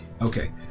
Okay